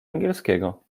angielskiego